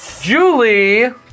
Julie